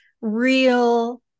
real